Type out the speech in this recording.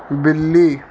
ਬਿੱਲੀ